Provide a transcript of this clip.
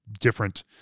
different